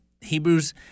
Hebrews